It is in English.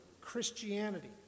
Christianity